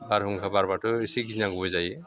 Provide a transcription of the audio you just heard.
बारहुंखा बारबाथ' एसे गिनांगौ जायो